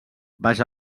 baix